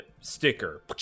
sticker